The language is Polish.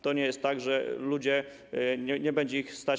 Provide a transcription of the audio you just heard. To nie jest tak, że ludzi nie będzie na to stać.